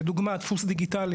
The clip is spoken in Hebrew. לדוגמה: דפוס דיגיטלי